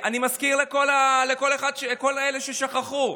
אני מזכיר לכל אלה ששכחו.